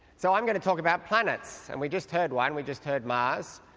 so i'm going to talk about planets, and we just heard one, we just heard mars,